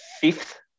fifth